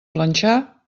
planxar